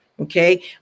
Okay